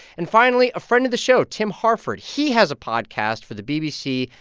and finally, a friend of the show, tim harford he has a podcast for the bbc.